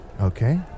Okay